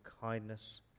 kindness